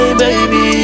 baby